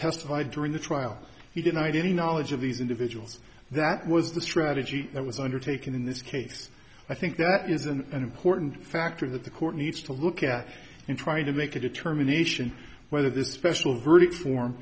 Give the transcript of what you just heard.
testified during the trial he denied any knowledge of these individuals that was the strategy that was undertaken in this case i think that is an important factor that the court needs to look at and try to make a determination whether this special verdict form